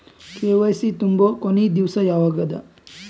KYC ತುಂಬೊ ಕೊನಿ ದಿವಸ ಯಾವಗದ?